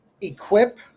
equip